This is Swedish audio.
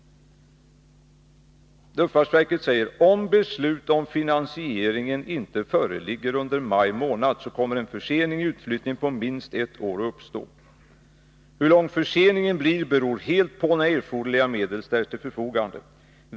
Luftfartsverket säger: ”Om —--—--— beslut om finansieringen inte föreligger under maj månad kommer en försening i utflyttningen på minst ett år att uppstå. Hur lång förseningen blir beror helt på när erforderliga medel ställs till ———- förfogande.